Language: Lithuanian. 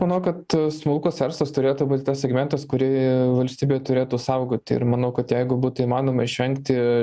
manau kad smulkus verslas turėtų būti tas segmentas kurį valstybė turėtų saugoti ir manau kad jeigu būtų įmanoma išvengti